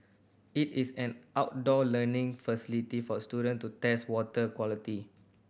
it is an outdoor learning facility for student to test water quality